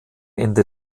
ende